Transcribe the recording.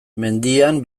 mendian